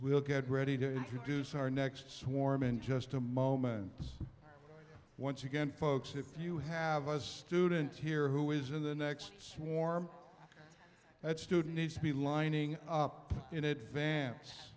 we'll get ready to introduce our next swarm in just a moment once again folks if you have a student here who is in the next swarm that student needs to be lining up in advance